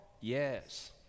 Yes